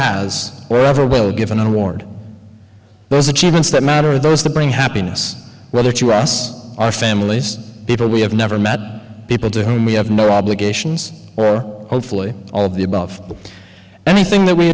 has where ever will give an award those achievements that matter those to bring happiness whether to us our families people we have never met people to whom we have no obligations hopefully all of the above anything that we